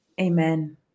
Amen